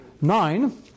nine